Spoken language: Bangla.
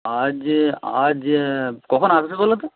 আজ আজ কখন আসবে বলো তো